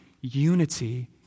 unity